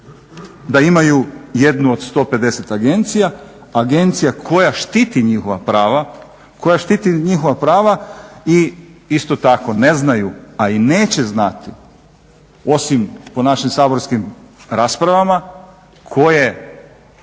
da imaju jednu od 150 agencija, agencija koja štiti njihova prava, koja štiti njihova prava i isto tako ne znaju a i neće znati osim pio našim saborskim raspravama koje